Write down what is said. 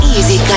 Easy